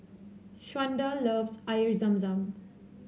Shawnda loves Air Zam Zam